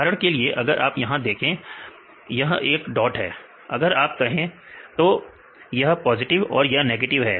उदाहरण के लिए अगर आप यहां देखें यह एक डॉट है अगर आप कहें तो यह पॉजिटिव और या नेगेटिव है